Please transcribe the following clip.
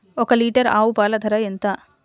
ఒక్క లీటర్ ఆవు పాల ధర ఎంత?